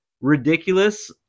ridiculous